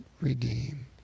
redeem